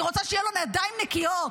אני רוצה שיהיה לו ידיים נקיות.